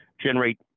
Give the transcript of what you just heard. generate